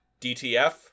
DTF